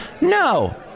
No